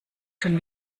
schon